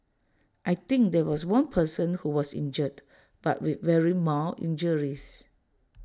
I think there was one person who was injured but with very mild injuries